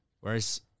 Whereas